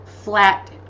flat